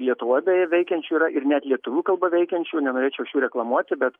leituvoj beje veikiančių yra ir net lietuvių kalba veikiančių nenorėčiau aš jų reklamuoti bet